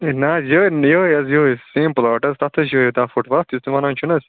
ہے نہ حظ یِہے یِہے حظ یہے سیم پلاٹ حظ تتھ حظ چھ یہے دہ فُٹ وَتھ یُس تُہۍ وَنان چھِو نہ حظ